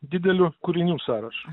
dideliu kūrinių sąrašu